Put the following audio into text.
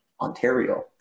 Ontario